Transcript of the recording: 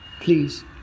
Please